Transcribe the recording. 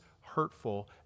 hurtful